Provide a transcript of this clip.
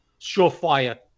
surefire